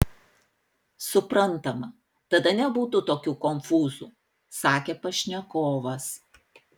suprantama tada nebūtų tokių konfūzų sakė pašnekovas